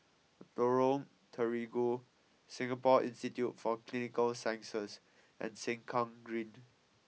Lorong Terigu Singapore Institute for Clinical Sciences and Sengkang Green